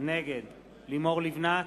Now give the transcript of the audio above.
נגד לימור לבנת,